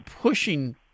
pushing